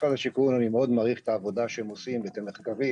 אני מאוד מעריך את העבודה שהם עושים, את המחקרים